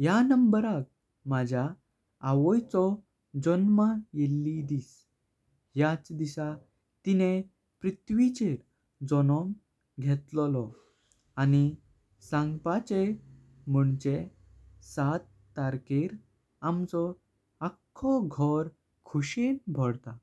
ह्या। नंबराक मझ्या आवोईचो जन्मन येळी दिस ह्याच दिसा। तिणे पृथ्वीचेर जन्म घेतलो लो आनी सांगपाचे मोंचे सात्तर्केर आमचो आखो घर खुशें भरता।